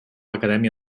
acadèmia